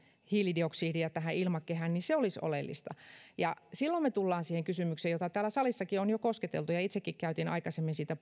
hiilidioksidia tähän ilmakehään niin se olisi oleellista silloin me tulemme siihen kysymykseen jota täällä salissakin on jo kosketeltu ja itsekin käytin aikaisemmin siitä